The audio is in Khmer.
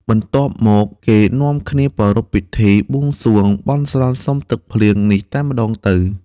បន្ទាប់មកគេនាំគ្នាប្រារព្ធពិធីបួងសួង បន់ស្រន់សុំទឹកភ្លៀងនេះតែម្តងទៅ។